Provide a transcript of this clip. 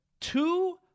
Two